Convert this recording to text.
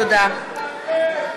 חבר הכנסת אמסלם, תודה רבה.